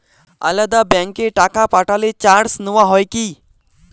আলাদা ব্যাংকে টাকা পাঠালে চার্জ নেওয়া হয় কি?